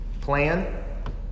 plan